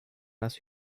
das